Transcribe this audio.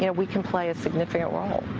yeah we can play a significant role.